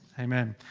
amen!